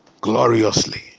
gloriously